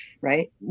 right